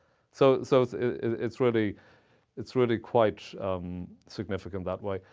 so so so it's really it's really quite significant that way.